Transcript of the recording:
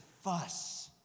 fuss